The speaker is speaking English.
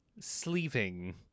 sleeving